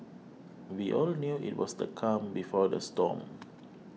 we all knew it was the calm before the storm